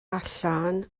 allan